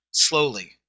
Slowly